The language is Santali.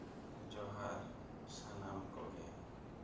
ᱡᱚᱦᱟᱨ ᱥᱟᱱᱟᱢ ᱠᱚᱜᱮ